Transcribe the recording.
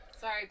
sorry